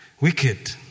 Wicked